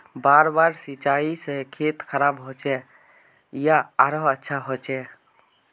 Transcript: बार बार सिंचाई से खेत खराब होचे या आरोहो अच्छा होचए?